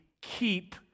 keep